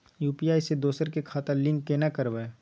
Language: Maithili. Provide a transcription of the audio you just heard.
यु.पी.आई से दोसर के खाता लिंक केना करबे?